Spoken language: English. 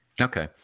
Okay